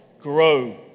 grow